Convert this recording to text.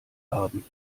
haben